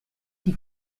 die